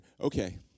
Okay